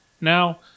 Now